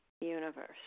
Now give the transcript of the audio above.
universe